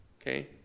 okay